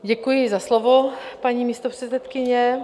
Děkuji za slovo, paní místopředsedkyně.